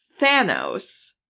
Thanos